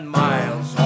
miles